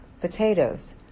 potatoes